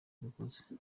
dukoze